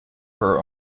her